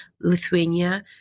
Lithuania